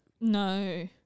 No